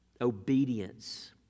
obedience